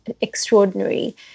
extraordinary